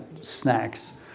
snacks